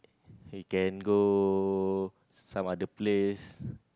we can go some other place